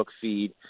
feed